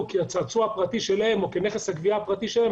כצעצוע הפרטי שלהם או כנכס הגבייה הפרטי שלהם,